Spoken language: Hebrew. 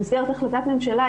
במסגרת החלטת ממשלה,